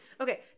Okay